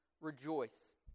rejoice